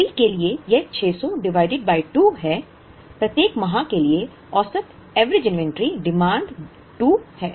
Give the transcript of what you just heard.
फरवरी के लिए यह 600 डिवाइडेड बाय 2 है प्रत्येक माह के लिए औसत एवरेज इन्वेंट्री डिमांड 2 है